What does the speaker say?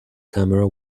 camera